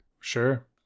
Sure